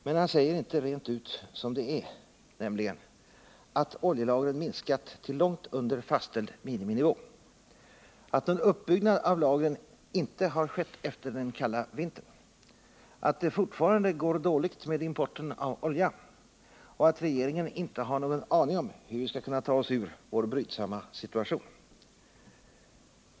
Men han säger inte rent ut som det är, nämligen att oljelagren minskat till långt under fastställd miniminivå, att en uppbyggnad av lagren inte har skett efter den kalla vintern, att det fortfarande går dåligt med importen av olja och att regeringen inte har en aning om hur vi skall kunna ta oss ur vår brydsamma situation.